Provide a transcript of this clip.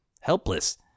helpless